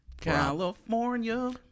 California